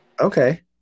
Okay